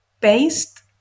based